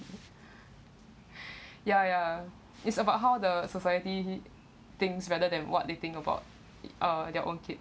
ya ya it's about how the society thinks rather than what they think about it uh their own kid